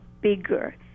bigger